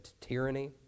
tyranny